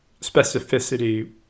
specificity